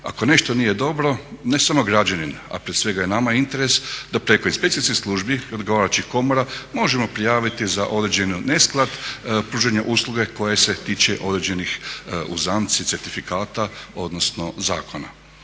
Ako nešto nije dobro, ne samo građanin, a prije svega i nama je interes da preko inspekcijskih službi i odgovarajućih komora možemo prijaviti za određeni nesklad pružanje usluge koja se tiče određenih u zamci certifikata odnosno zakona.